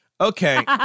Okay